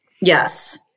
Yes